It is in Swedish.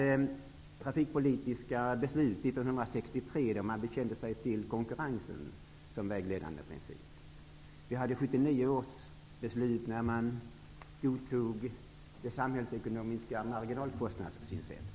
Trafikpolitiska beslut fattades 1963 då man bekände sig till konkurrensen som vägledande princip. 1979 års beslut innebar att man godtog det samhällsekonomiska marginalkostnadssynsättet.